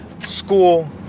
school